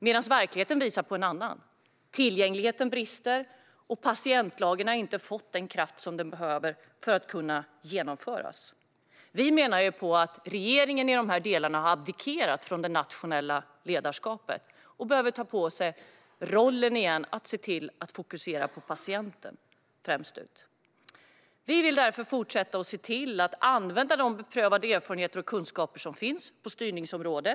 Men verkligheten visar någonting annat. Tillgängligheten brister, och patientlagen har inte fått den kraft som den behöver för att kunna genomföras. Vi menar att regeringen i dessa delar har abdikerat från det nationella ledarskapet och behöver ta på sig rollen igen att se till att fokusera främst på patienten. Vi vill därför fortsätta att se till att använda de beprövade erfarenheter och kunskaper som finns på styrningsområdet.